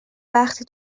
وقتی